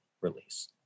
release